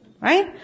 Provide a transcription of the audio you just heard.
Right